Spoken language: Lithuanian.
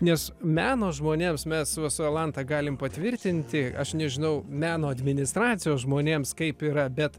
nes meno žmonėms mes va su jolanta galim patvirtinti aš nežinau meno administracijos žmonėms kaip yra bet